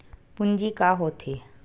पूंजी का होथे?